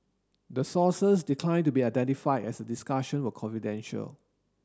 the sources declined to be identified as the discussion were confidential